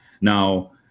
now